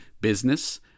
business